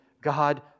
God